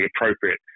appropriate